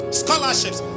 scholarships